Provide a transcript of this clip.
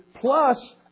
plus